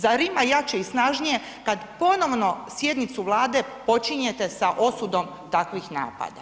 Zar ima jače i snažnije kad ponovno sjednicu Vlade počinjete sa osudom takvih napada?